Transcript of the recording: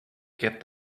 get